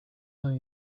her